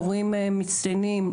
מורים מצטיינים,